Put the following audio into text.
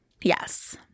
Yes